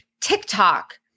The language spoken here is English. TikTok